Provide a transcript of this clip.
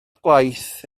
gwaith